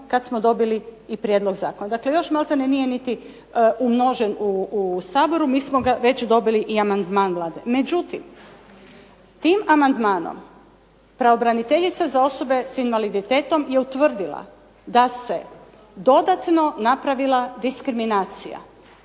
kad smo dobili i prijedlog zakona. Dakle, još maltene nije niti umnožen u Saboru mi smo već dobili i amandman Vlade. Međutim, tim amandmanom pravobraniteljica za osobe s invaliditetom je utvrdila da se dodatno napravila diskriminacija.